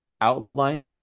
outline